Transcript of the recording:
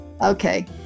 Okay